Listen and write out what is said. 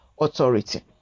authority